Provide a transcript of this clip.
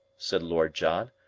said lord john.